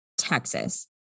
Texas